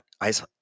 ice